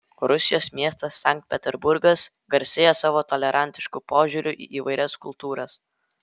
rusijos miestas sankt peterburgas garsėja savo tolerantišku požiūriu į įvairias kultūras